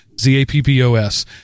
Z-A-P-P-O-S